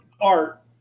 art